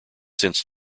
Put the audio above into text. since